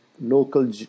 local